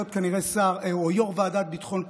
כנראה שר או יושב-ראש ועדת ביטחון הפנים.